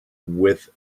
with